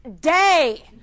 day